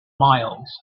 miles